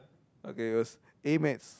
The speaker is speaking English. okay it was A-maths